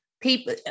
people